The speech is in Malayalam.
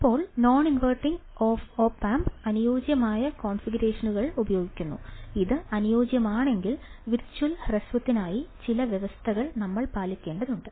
ഇപ്പോൾ നോൺ ഇൻവെർട്ടിംഗ് ഓപ് ആംപ് അനുയോജ്യമായ കോൺഫിഗറേഷനുകൾ ഉപയോഗിക്കുന്നു അത് അനുയോജ്യമാണെങ്കിൽ വിർച്വൽ ഹ്രസ്വത്തിനായി ചില വ്യവസ്ഥകൾ നമ്മൾ പാലിക്കേണ്ടതുണ്ട്